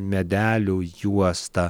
medelių juosta